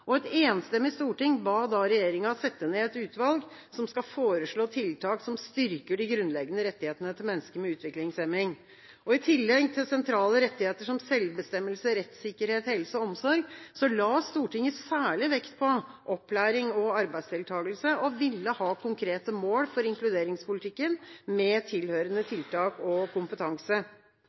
og et enstemmig storting ba da regjeringa sette ned et utvalg som skal foreslå tiltak som styrker de grunnleggende rettighetene til mennesker med utviklingshemning. I tillegg til sentrale rettigheter som selvbestemmelse, rettssikkerhet, helse og omsorg, la Stortinget særlig vekt på opplæring og arbeidsdeltakelse og ville ha konkrete mål for inkluderingspolitikken med tilhørende tiltak og kompetanse.